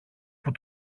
που